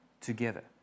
together